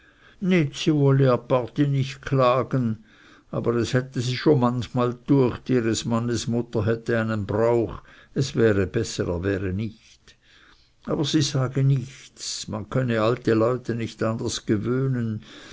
nicht klagen aber es hätte sie schon manchmal düecht ihres manns mutter hätte einen brauch es wäre besser er wäre nicht aber sie sage nichts man könne alte leute nicht anders gewöhnen